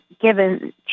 given